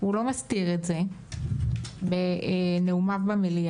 הוא לא מסתיר את זה בנאומיו במליאה,